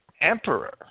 emperor